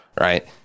right